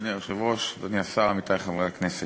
אדוני היושב-ראש, אדוני השר, עמיתי חברי הכנסת,